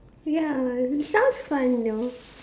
ya sounds fun though